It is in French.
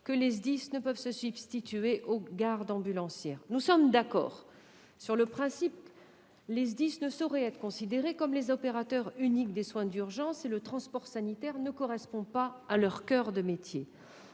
que les SDIS ne peuvent se substituer aux gardes ambulancières. Nous sommes d'accord sur le principe : les SDIS ne sauraient être considérés comme les opérateurs uniques des soins d'urgence, et le transport sanitaire ne correspond pas à leur coeur de métier.